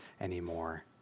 anymore